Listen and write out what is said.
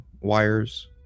wires